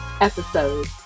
episode